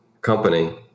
company